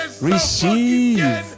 receive